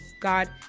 God